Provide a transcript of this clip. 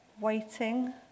waiting